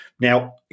Now